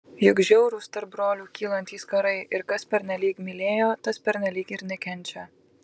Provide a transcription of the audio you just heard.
juk žiaurūs tarp brolių kylantys karai ir kas pernelyg mylėjo tas pernelyg ir nekenčia